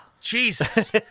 Jesus